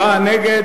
67 נגד,